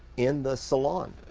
in the salon.